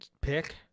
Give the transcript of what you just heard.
pick